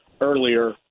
earlier